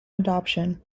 adoption